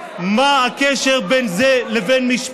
בחוק, תתמודד עם מנדלבליט.